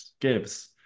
gives